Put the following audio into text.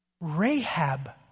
Rahab